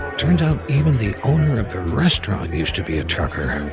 turns out even the owner of the restaurant used to be a trucker.